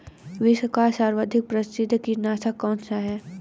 विश्व का सर्वाधिक प्रसिद्ध कीटनाशक कौन सा है?